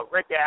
Rick